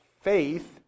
faith